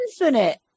infinite